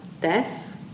death